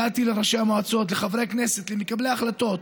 הגעתי לראשי המועצות, לחברי כנסת, למקבלי החלטות.